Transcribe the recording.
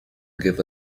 give